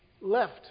left